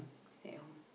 stay at home